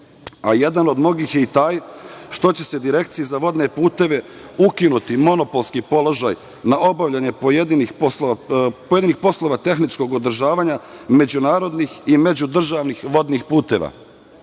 a jedan od mnogih je i taj što će se Direkciji za vodne puteve ukinuti monopolski položaj na obavljanje pojedinih poslova tehničkog održavanja međunarodnih i međudržavnih vodnih puteva.